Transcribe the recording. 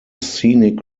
scenic